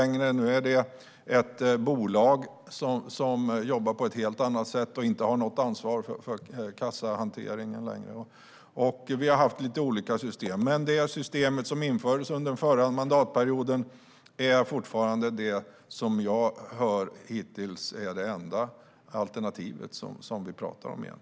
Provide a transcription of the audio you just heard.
Nu är man i stället ett bolag som jobbar på ett helt annat sätt och som inte längre har något ansvar för kassahanteringen. Vi har haft olika system, men det som infördes under den förra mandatperioden är fortfarande det enda system som vi talar om, vad jag har hört.